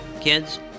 Kids